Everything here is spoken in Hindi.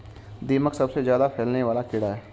दीमक सबसे ज्यादा फैलने वाला कीड़ा है